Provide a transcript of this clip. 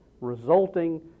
resulting